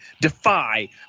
Defy